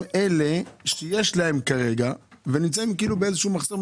אלה שיש להם כרגע ונמצאים כאילו באיזשהו מחסום,